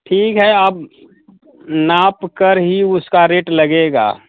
ठीक है आप नाप कर ही उसका रेट लगेगा